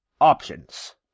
options